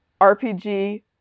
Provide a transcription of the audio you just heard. RPG